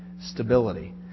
stability